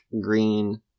green